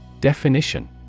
Definition